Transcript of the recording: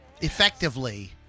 effectively